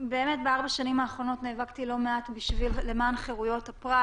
שבארבע השנים האחרונות נאבקתי לא מעט למען חירויות הפרט.